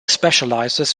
specializes